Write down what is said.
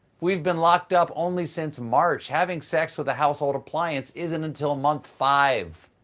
we've been locked up only since march. having sex with household appliances isn't until month five.